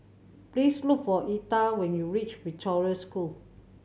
please look for Etha when you reach Victoria School